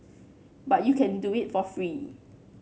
but you can do it for free